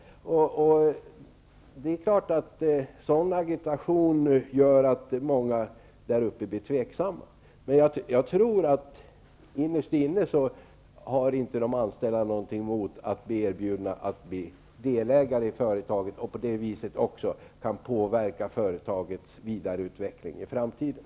Det är klart att sådan agitation gör att många där uppe blir tveksamma, men jag tror att de anställda innerst inne inte har något emot att få erbjudandet om att bli delägare i företaget och på det viset också kunna påverka företagets vidareutveckling i framtiden.